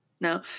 No